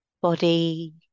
Body